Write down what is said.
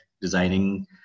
designing